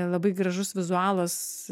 labai gražus vizualas